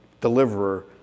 deliverer